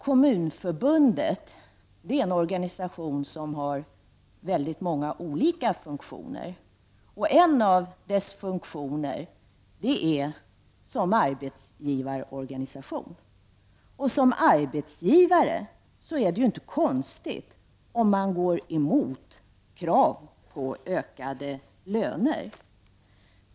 Kommunförbundet är en organisation som har många olika funktioner. Bl.a. är det en arbetsgivarorganisation, och det är ju inte konstigt om en sådan går emot krav på ökade löner.